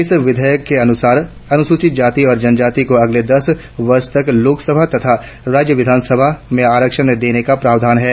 इस विधेयक के अनुसार अनुसूचित जाति और जनजाति को अगले दस वर्षों तक लोकसभा तथा राज्य विधानसभाओं में आरक्षण देने का प्रावधान है